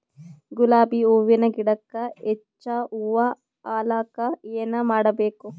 ಗುಲಾಬಿ ಹೂವಿನ ಗಿಡಕ್ಕ ಹೆಚ್ಚ ಹೂವಾ ಆಲಕ ಏನ ಮಾಡಬೇಕು?